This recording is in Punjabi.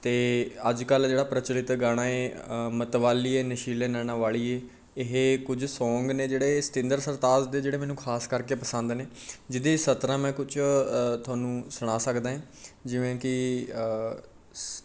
ਅਤੇ ਅੱਜ ਕੱਲ੍ਹ ਜਿਹੜਾ ਪ੍ਰਚਲਿਤ ਗਾਣਾ ਹੈ ਮਤਵਾਲੀਏ ਨਸ਼ੀਲੇ ਨੈਣਾ ਵਾਲੀਏ ਇਹ ਕੁਝ ਸੌਂਗ ਨੇ ਜਿਹੜੇ ਸਤਿੰਦਰ ਸਰਤਾਜ ਦੇ ਜਿਹੜੇ ਮੈਨੂੰ ਖ਼ਾਸ ਕਰਕੇ ਪਸੰਦ ਨੇ ਜਿਹਦੇ ਸਤਰਾਂ ਮੈਂ ਕੁਝ ਤੁਹਾਨੂੰ ਸੁਣਾ ਸਕਦਾ ਹੈ ਜਿਵੇਂ ਕਿ ਸ